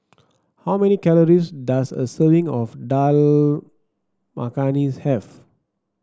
how many calories does a serving of Dal Makhani have